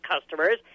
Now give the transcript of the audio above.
customers